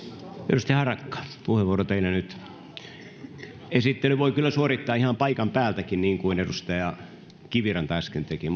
edustaja harakka puheenvuoro teillä nyt esittelyn voi kyllä suorittaa ihan paikan päältäkin niin kuin edustaja kiviranta äsken teki